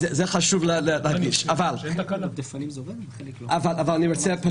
אני רוצה לעשות פה סדר.